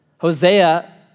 Hosea